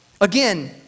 Again